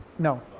No